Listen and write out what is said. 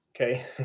okay